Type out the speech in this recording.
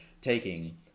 taking